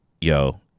yo